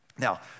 Now